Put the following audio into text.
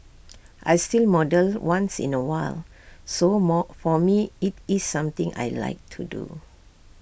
I still model once in A while so more for me IT is something I Like to do